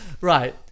right